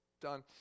done